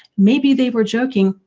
maybe they were joking,